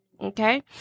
Okay